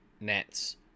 Nets